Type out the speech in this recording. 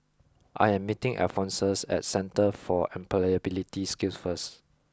I am meeting Alphonsus at Centre for Employability Skills first